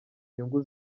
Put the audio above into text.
inyungu